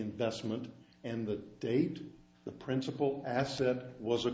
investment and the date the principal asset was a